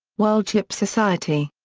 world ship society.